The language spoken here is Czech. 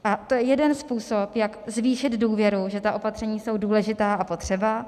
A to je jeden způsob, jak zvýšit důvěru, že ta opatření jsou důležitá a potřeba.